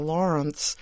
Lawrence